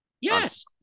Yes